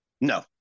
No